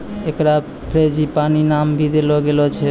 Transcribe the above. एकरा फ़्रेंजीपानी नाम भी देलो गेलो छै